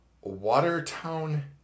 Watertown